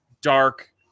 dark